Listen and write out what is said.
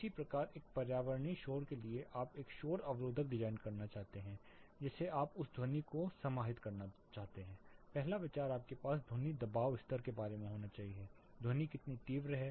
इसी तरह एक पर्यावरणीय शोर के लिए आप एक शोर अवरोधक डिजाइन करना चाहते हैं जिसे आप उस ध्वनि को समाहित करना चाहते हैं पहला विचार आपके पास ध्वनि दबाव स्तर के बारे में होना चाहिए ध्वनि कितनी तीव्र है